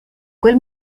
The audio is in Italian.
quel